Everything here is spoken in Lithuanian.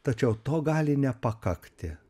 tačiau to gali nepakakti